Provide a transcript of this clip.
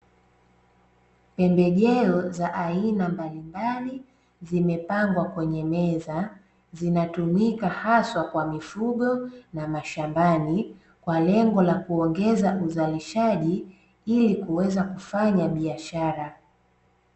Pembejeo za aina mbalimbali zimepangwa kwenye meza, zinatumika haswa kwa mifugo na mashambani, kwa lengo la kuongeza uzalishaji ili kuweza kufanya biashara.